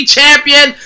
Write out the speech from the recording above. Champion